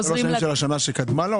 חוזרים --- שלוש שנים של השנה שקדמה לה?